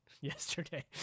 yesterday